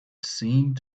seemed